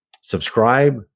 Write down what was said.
subscribe